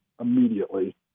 immediately